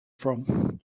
from